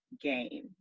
game